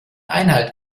einhalt